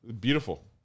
beautiful